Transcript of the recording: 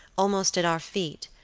almost at our feet,